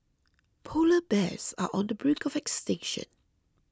Polar Bears are on the brink of extinction